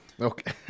Okay